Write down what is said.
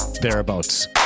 thereabouts